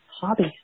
hobbies